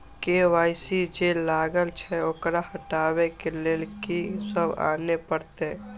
KYC जे लागल छै ओकरा हटाबै के लैल की सब आने परतै?